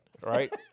right